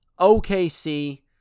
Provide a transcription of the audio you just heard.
OKC